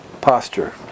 Posture